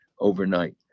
Overnight